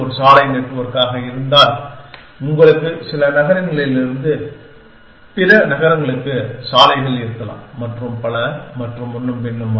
இது ஒரு சாலை நெட்வொர்க்காக இருந்தால் உங்களுக்கு சில நகரங்களிலிருந்து பிற நகரங்களுக்கு சாலைகள் இருக்கலாம் மற்றும் பல மற்றும் முன்னும் பின்னுமாக